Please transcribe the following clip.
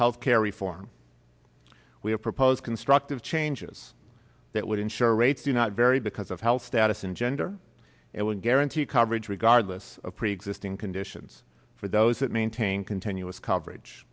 health care reform we have proposed constructive changes that would ensure rates do not vary because of health status and gender it will guarantee coverage regardless of preexisting conditions for those that maintain continuous coverage